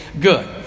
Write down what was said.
good